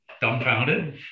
dumbfounded